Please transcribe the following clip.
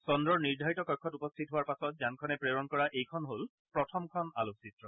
চন্দ্ৰৰ নিৰ্ধাৰিত কক্ষত উপস্থিত হোৱাৰ পাছত যানখনে প্ৰেৰণ কৰা এইখন হল প্ৰথমখন আলোকচিত্ৰ